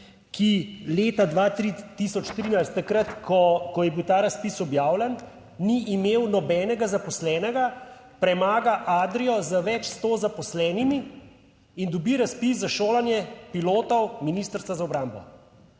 ki leta 2013, takrat, ko je bil ta razpis objavljen, ni imel nobenega zaposlenega, premaga Adrio z več sto zaposlenimi in dobi razpis za šolanje pilotov Ministrstva za obrambo.